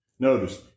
Notice